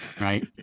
right